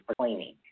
cleaning